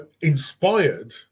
inspired